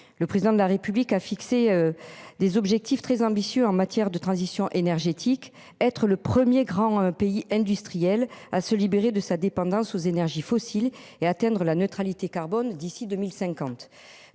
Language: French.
Le président de la République a fixé. Des objectifs très ambitieux en matière de transition énergétique. Être le 1er grand pays industriel à se libérer de sa dépendance aux énergies fossiles et atteindre la neutralité carbone d'ici 2050.